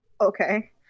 Okay